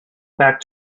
back